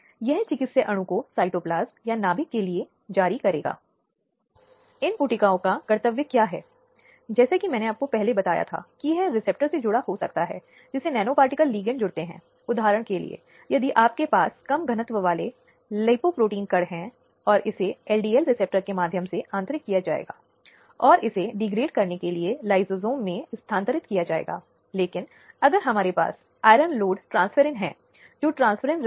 हालांकि किसी अपराध का शिकार किसी दिए गए मामले के लिए किसी विशेष अभियोजक को नियुक्त करने के लिए सरकार के पास जा सकता है और धारा 301 आगे जनादेश देता है कि एक निजी पक्ष के ऐसे वकील सरकारी वकील के निर्देशों के तहत कार्य करेंगे और हो सकता है अदालत की अनुमति लिखित दस्तावेज जमा करें